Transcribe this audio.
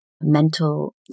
mental